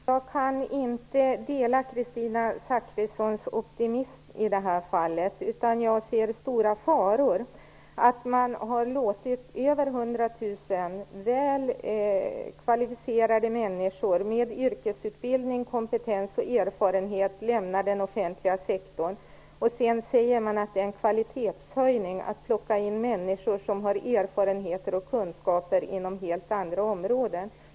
Fru talman! Jag kan inte dela Kristina Zakrissons optimism. Jag ser stora faror i att man har låtit över 100 000 väl kvalificerade människor med yrkesutbildning, kompetens och erfarenhet lämna den offentliga sektorn och att man sedan säger att det är en kvalitetshöjning att plocka in människor som har erfarenheter och kunskaper inom helt andra områden.